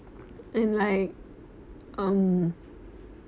and like um